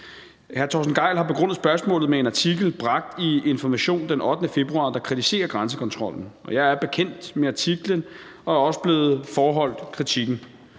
Hr. Torsten Gejl har begrundet spørgsmålet med en artikel bragt i Information den 8. februar, der kritiserer grænsekontrollen. Jeg er bekendt med artiklen og er også blevet foreholdt kritikken.